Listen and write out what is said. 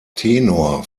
tenor